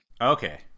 Okay